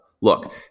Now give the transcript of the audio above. Look